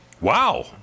Wow